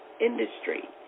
industry